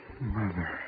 Mother